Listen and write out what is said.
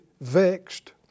vexed